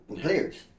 players